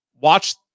watch